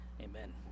Amen